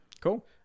Cool